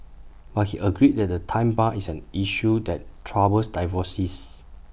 but he agreed that the time bar is an issue that troubles divorcees